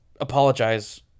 apologize